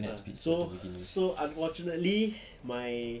ya so so unfortunately my